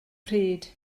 pryd